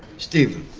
steven,